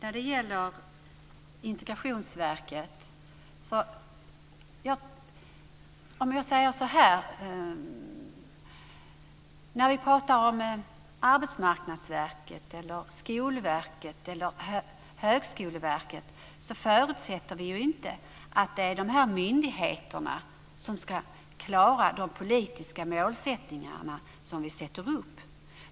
Herr talman! När vi pratar om Arbetsmarknadsverket, Skolverket eller Högskoleverket förutsätter vi ju inte att det är de myndigheterna som ska klara de politiska målsättningarna, som vi sätter upp.